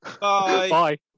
Bye